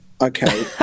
okay